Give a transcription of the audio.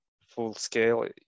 full-scale